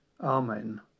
Amen